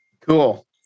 Cool